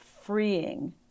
freeing